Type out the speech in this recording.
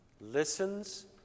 listens